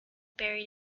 buried